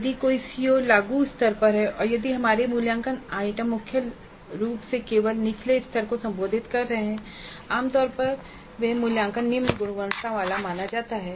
यदि कोई सीओ लागू स्तर पर है और यदि हमारे मूल्यांकन आइटम मुख्य रूप से केवल निचले स्तरों को संबोधित कर रहे हैं आमतौर पर वह मूल्यांकन निम्न गुणवत्ता वाला माना जाता है